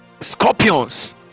scorpions